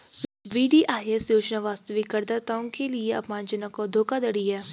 VDIS योजना वास्तविक करदाताओं के लिए अपमानजनक और धोखाधड़ी है